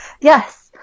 Yes